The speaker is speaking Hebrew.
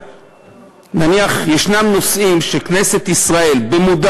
נניח שיש נושאים שכנסת ישראל החליטה במודע